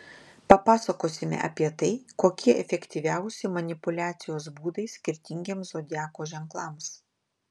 papasakosime apie tai kokie efektyviausi manipuliacijos būdai skirtingiems zodiako ženklams